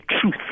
truth